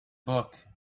book